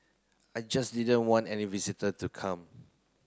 I just didn't want any visitor to come